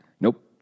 Nope